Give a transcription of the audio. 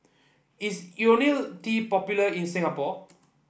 is IoniL T popular in Singapore